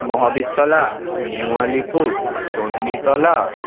Mahabirtala New Alipur Chanditala